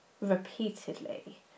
repeatedly